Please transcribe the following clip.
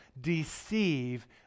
deceive